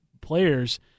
players